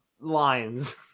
lines